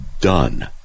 done